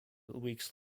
weeks